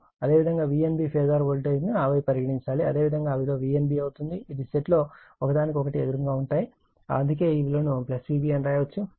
అదేవిధంగా Vnb phasor voltage ను ఆ వైపు పరిగణించాలి అదేవిధంగా ఆ విలువ Vnb అవుతుంది ఇది సెట్లో ఒకదానికి ఒకటి ఎదురుగా ఉంటాయి అందుకే ఈ విలువ ను Vnb అని వ్రాయవచ్చు